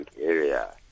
area